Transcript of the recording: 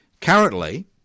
Currently